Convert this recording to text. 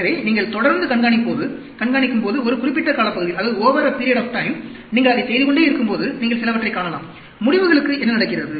எனவே நீங்கள் தொடர்ந்து கண்காணிக்கும்போது ஒரு குறிப்பிட்ட காலப்பகுதியில் நீங்கள் அதைச் செய்துகொண்டே இருக்கும்போது நீங்கள் சிலவற்றைக் காணலாம் முடிவுகளுக்கு என்ன நடக்கிறது